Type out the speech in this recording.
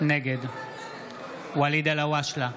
נגד ואליד אלהואשלה,